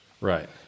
Right